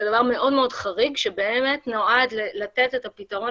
זה דבר מאוד מאוד חריג שבאמת נועד לתת את הפתרון